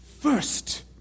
first